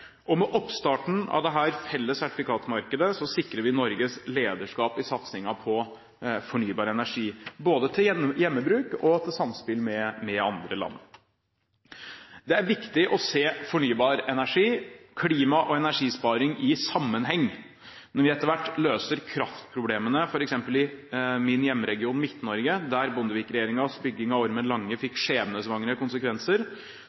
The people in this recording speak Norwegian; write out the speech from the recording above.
og med oppstarten av dette felles sertifikatmarkedet sikrer vi Norges lederskap i satsingen på fornybar energi, både til hjemmebruk og til samspill med andre land. Det er viktig å se fornybar energi, klima og energisparing i sammenheng. Når vi etter hvert løser kraftproblemene, f.eks. i min hjemregion Midt-Norge der Bondevik-regjeringens bygging av Ormen Lange